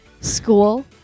school